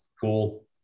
Cool